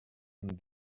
and